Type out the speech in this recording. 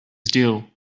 due